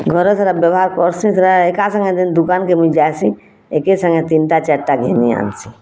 ଘରେ ସେଇଟା ବ୍ୟବହାର୍ କର୍ସିଁ ସେଇଟା ଏକାସାଙ୍ଗେ ଯେନ୍ ଦୁକାନ୍ କେ ମୁଇଁ ଯାଏଁସି ଏକେ ସାଙ୍ଗେ ତିନ୍ଟା ଚାର୍ଟା ଘିନି ଆନ୍ସିଁ